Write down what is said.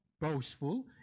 boastful